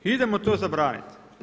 Idemo to zabraniti.